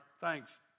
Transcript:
Thanks